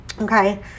okay